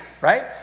right